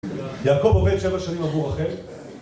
יעקב עובד שבע שנים עבור רחל